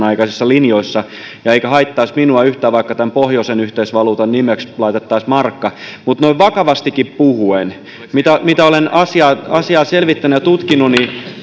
aikaisissa linjoissa eikä haittaisi minua yhtään vaikka tämän pohjoisen yhteisvaluutan nimeksi laitettaisiin markka mutta noin vakavastikin puhuen mitä mitä olen asiaa asiaa selvittänyt ja tutkinut